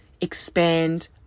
expand